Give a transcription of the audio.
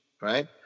right